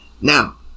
Now